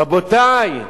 רבותי,